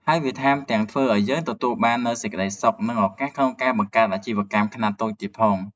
ហើយវាថែមទាំងធ្វើឲ្យយើងទទួលបាននូវសេចក្ដីសុខ និងឱកាសក្នុងការបង្កើតអាជីវកម្មខ្នាតតូចទៀតផង។